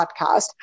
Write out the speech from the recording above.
podcast